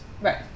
Right